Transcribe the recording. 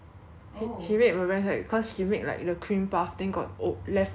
she made meringue cause she make like the cream puff thing got oh leftover